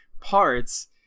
parts